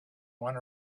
went